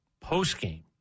post-game